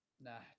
nah